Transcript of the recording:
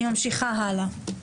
אני ממשיכה הלאה.